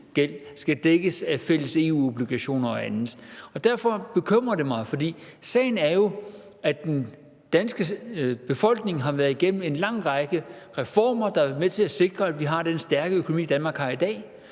skal dækkes af fælles EU-obligationer og andet. Derfor bekymrer det mig, for sagen er jo, at den danske befolkning har været igennem en lang række reformer, der har været med til at sikre, at vi har den stærke økonomi, Danmark har i dag,